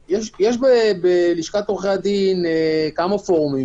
יש בלשכת עורכי הדין כמה פורומים.